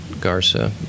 Garza